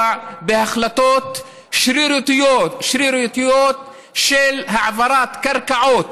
בהחלטות שרירותיות של העברת קרקעות.